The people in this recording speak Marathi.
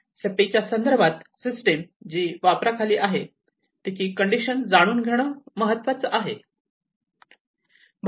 सेफ्टीच्या संदर्भात सिस्टिम जी वापरा खाली आहे तिची कंडिशन जाणून घेणं महत्त्वाचं आहे